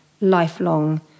lifelong